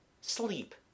Sleep